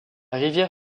rivière